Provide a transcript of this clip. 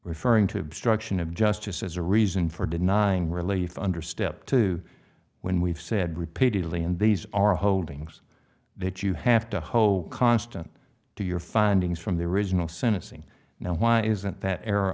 referring to obstruction of justice as a reason for denying relief under step two when we've said repeatedly and these are holdings that you have to hope constant to your findings from the original sentencing now why isn't that er